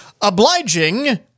Obliging